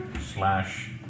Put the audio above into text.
slash